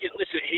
listen